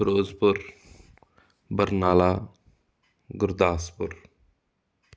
Firozpur Barnala Gurdaspur